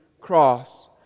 cross